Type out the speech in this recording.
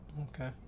Okay